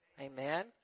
Amen